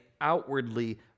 outwardly